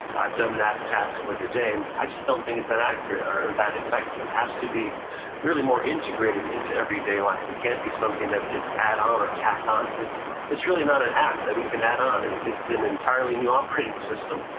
i've done that task for the day, and i just don't think it's that accurate or that effective. it has to be really more integrated into everyday life. it can't be something that we just add on or tack on, because it's it's really not an app that we can add on. and it's an entirely new operating system.